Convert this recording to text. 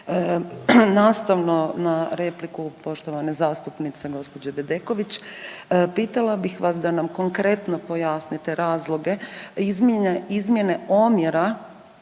Nastavno na repliku poštovane zastupnice gđe. Bedeković, pitala bih vas da nam konkretno pojasnite razloge izmjene omjera